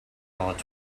hot